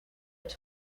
have